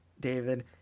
David